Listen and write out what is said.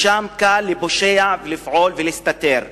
שם קל לפושע לפעול ולהסתתר.